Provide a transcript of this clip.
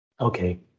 okay